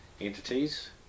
entities